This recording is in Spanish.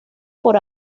por